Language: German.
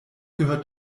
gehört